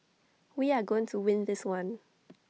we are going to win this one